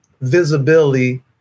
visibility